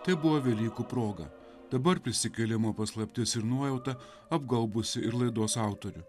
tai buvo velykų proga dabar prisikėlimo paslaptis ir nuojauta apgaubusi ir laidos autorių